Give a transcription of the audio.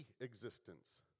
existence